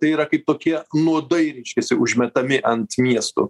tai yra kaip tokie nuodai reiškiasi užmetami ant miestų